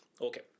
Okay